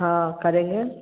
हाँ करेंगे